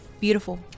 Beautiful